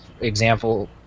example